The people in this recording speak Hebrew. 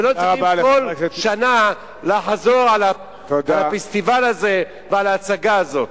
ולא צריכים כל שנה לחזור על הפסטיבל הזה ועל ההצגה הזאת.